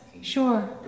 sure